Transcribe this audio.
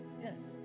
yes